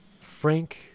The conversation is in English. Frank